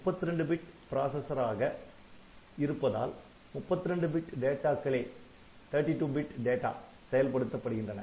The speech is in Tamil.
32 பிட் பிராசஸர் ஆக இருப்பதால் 32 பிட் டேட்டாக்களே செயல்படுத்தப்படுகின்றன